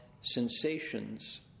sensations